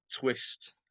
twist